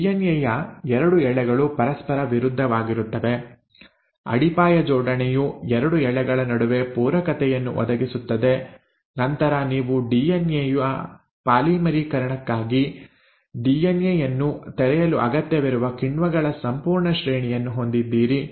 DNA ಯ 2 ಎಳೆಗಳು ಪರಸ್ಪರ ವಿರುದ್ಧವಾಗಿರುತ್ತವೆ ಅಡಿಪಾಯ ಜೋಡಣೆಯು 2 ಎಳೆಗಳ ನಡುವೆ ಪೂರಕತೆಯನ್ನು ಒದಗಿಸುತ್ತದೆ ನಂತರ ನೀವು ಡಿಎನ್ಎ ಯ ಪಾಲಿಮರೀಕರಣಕ್ಕಾಗಿ ಡಿಎನ್ಎ ಯನ್ನು ತೆರೆಯಲು ಅಗತ್ಯವಿರುವ ಕಿಣ್ವಗಳ ಸಂಪೂರ್ಣ ಶ್ರೇಣಿಯನ್ನು ಹೊಂದಿದ್ದೀರಿ